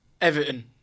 Everton